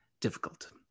difficult